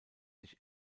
sich